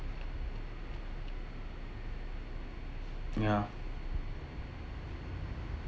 ya